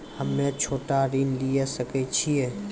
हम्मे छोटा ऋण लिये सकय छियै?